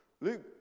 Luke